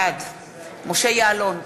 בעד משה יעלון,